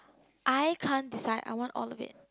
I can't decide I want all of it